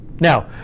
now